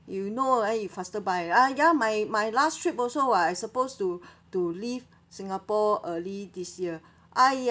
you know ah you faster buy ah ya my my last trip also [what] I supposed to to leave singapore early this year !aiya!